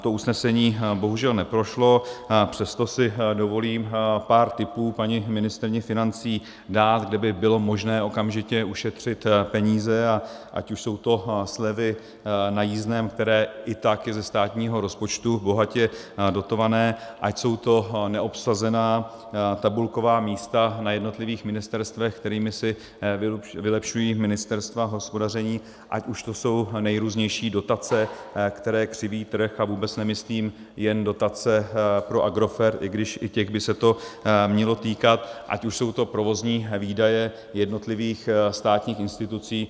To usnesení bohužel neprošlo, přesto si dovolím pár tipů paní ministryni financí dát, kde by bylo možné okamžitě ušetřit peníze, ať už jsou to slevy na jízdném, které jsou i tak ze státního rozpočtu bohatě dotované, ať jsou to neobsazená tabulková místa na jednotlivých ministerstvech, kterými si vylepšují ministerstva hospodaření, ať už jsou to nejrůznější dotace, které křiví trh, a vůbec nemyslím jen dotace pro Agrofert, i když i těch by se to mělo týkat, ať už jsou to provozní výdaje jednotlivých státních institucí.